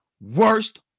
worst